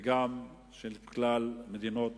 וגם של כלל מדינות